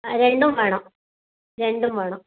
രണ്ടും വേണം രണ്ടും വേണം